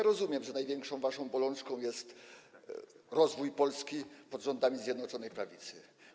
Rozumiem, że waszą największą bolączką jest rozwój Polski pod rządami Zjednoczonej Prawicy.